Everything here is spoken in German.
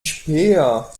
späher